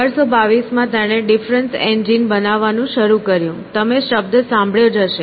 1822 માં તેણે difference engine બનાવવાનું શરૂ કર્યું તમે શબ્દ સાંભળ્યો જ હશે